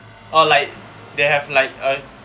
or like they have like a